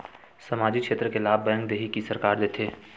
सामाजिक क्षेत्र के लाभ बैंक देही कि सरकार देथे?